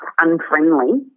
unfriendly